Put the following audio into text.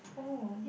oh